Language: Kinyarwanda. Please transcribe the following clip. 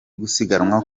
gusiganwa